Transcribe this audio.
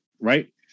right